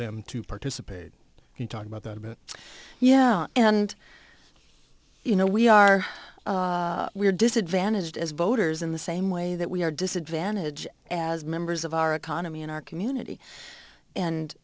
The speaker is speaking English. them to participate and talk about that a bit yeah and you know we are we are disadvantaged as voters in the same way that we are disadvantaged as members of our economy and our community and